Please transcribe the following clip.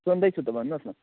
हजुर सुन्दैछु त भन्नु होस् न